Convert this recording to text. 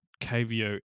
KVO